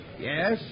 Yes